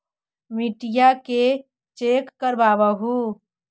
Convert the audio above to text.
मिट्टीया के चेक करबाबहू?